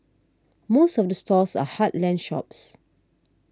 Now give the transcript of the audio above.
most of the stores are heartland shops